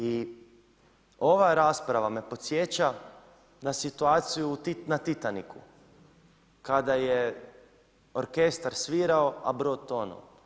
I ova rasprava me podsjeća na situaciju na Titaniku kada je orkestar svirao, a brod tonuo.